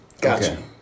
Gotcha